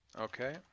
Okay